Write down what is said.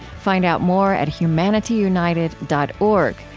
find out more at humanityunited dot org,